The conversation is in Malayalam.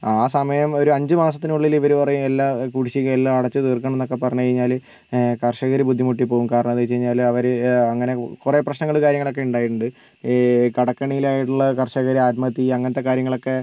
ആ സമയം ഒരു അഞ്ചുമാസത്തിനുള്ളിൽ ഇവർ പറയും എല്ലാ കുടിശ്ശികയെല്ലാം അടച്ചുതീർക്കണം എന്നൊക്കെ പറഞ്ഞുകഴിഞ്ഞാൽ കർഷകർ ബുദ്ധിമുട്ടി പോകും കാരണം എന്തെന്ന് വെച്ചുകഴിഞ്ഞാൽ അവർ അങ്ങനെ കുറേ പ്രശ്നങ്ങൾ കാര്യങ്ങളൊക്കെ ഉണ്ടായിട്ടുണ്ട് ഈ കടക്കെണിയിലായിട്ടുള്ള കർഷകർ ആത്മഹത്യ ചെയ്യുക അങ്ങനത്തെ കാര്യങ്ങളൊക്കെ